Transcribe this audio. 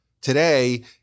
today